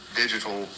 digital